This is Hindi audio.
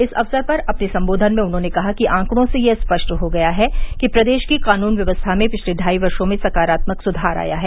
इस अवसर पर अपने संबोधन में उन्होंने कहा कि आंकड़ों से यह स्पष्ट हो गया है कि प्रदेश की कानून व्यवस्था में पिछले ढाई वर्षो में सकारात्मक सुधार आया है